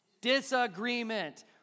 Disagreement